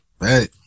right